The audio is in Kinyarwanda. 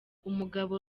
umugabo